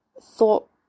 thought